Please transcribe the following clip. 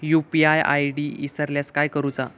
UPI ID इसरल्यास काय करुचा?